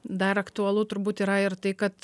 dar aktualu turbūt yra ir tai kad